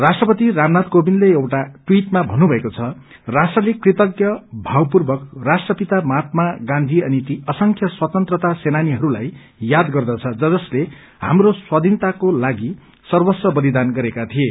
राष्ट्रपति रामनाथ कोविन्दले एउटा टवीटमा भन्नुभएको छ कि राष्ट्रले कृतज्ञ भावपूर्वक राष्ट्रपिता महात्मा गान्थी अनि ती असंख्य स्वतन्त्रता सेनानीहरूलाई याद गर्दछ ज जसले हाम्रो स्वाधीनताका लागि सर्वस्व बलिदान गरेका थिए